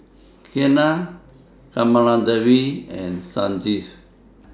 Ketna Kamaladevi and Sanjeev